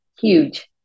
huge